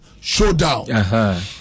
showdown